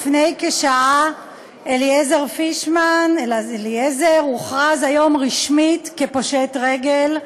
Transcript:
לפני כשעה אליעזר פישמן הוכרז רשמית פושט רגל,